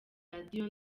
radio